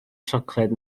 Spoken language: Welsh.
siocled